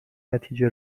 نتیجه